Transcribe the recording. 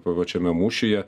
pa pačiame mūšyje